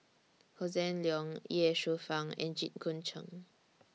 Hossan Leong Ye Shufang and Jit Koon Ch'ng